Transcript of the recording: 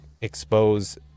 expose